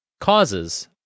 causes